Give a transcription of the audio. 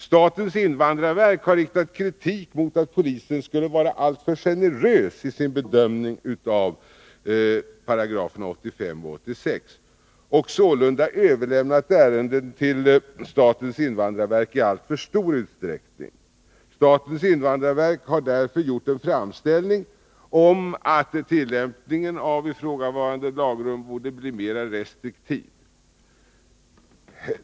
Statens invandrarverk har riktat kritik mot polisen, som skulle vara alltför generös i sin bedömning av 85 och 86§§ och som sålunda skulle ha överlämnat ärenden till statens invandrarverk i alltför stor utsträckning. Statens invandrarverk har därför gjort en framställning om att tillämpningen av ifrågavarande lagrum borde bli mera restriktiv.